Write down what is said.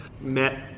met